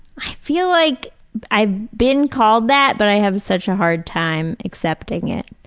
i feel like i've been called that, but i have such a hard time accepting it.